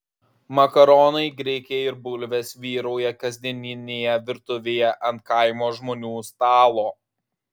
makaronai grikiai ir bulvės vyrauja kasdieninėje virtuvėje ant kaimo žmonių stalo